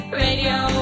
radio